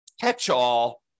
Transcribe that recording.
catch-all